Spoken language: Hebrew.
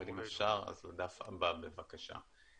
אבל אם אפשר, אז הדף הבא, בבקשה.